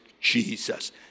Jesus